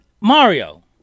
Mario